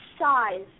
size